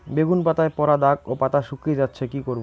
বেগুন পাতায় পড়া দাগ ও পাতা শুকিয়ে যাচ্ছে কি করব?